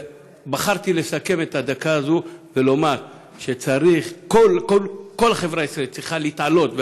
ובחרתי לסכם את הדקה הזו ולומר שכל החברה הישראלית צריכה להתעלות,